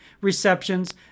receptions